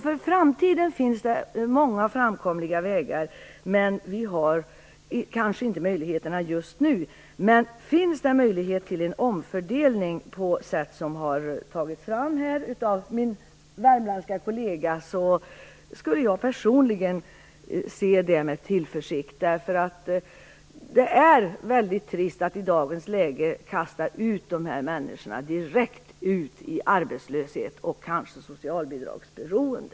För framtiden finns det alltså många framkomliga vägar även om vi kanske inte har möjligheter just nu. Men om det finns möjlighet till en omfördelning på det sätt som min värmländska kollega har beskrivit skulle jag personligen se det med tillförsikt. Det är ju väldigt trist att i dagens läge kasta ut de här människorna direkt i arbetslöshet och kanske socialbidragsberoende.